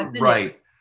Right